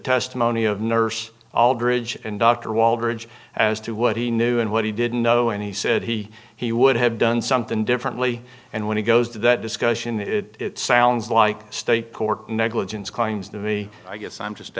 testimony of nurse aldridge and dr walbridge as to what he knew and what he didn't know and he said he he would have done something differently and when he goes to that discussion it sounds like state court negligence kind to me i guess i'm just